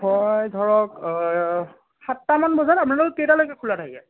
মই ধৰক সাতটা বজাত আপোনালোকৰ কেইটালৈকে খোলা থাকে